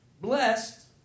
blessed